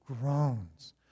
groans